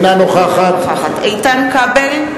אינה נוכחת איתן כבל,